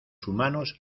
humanos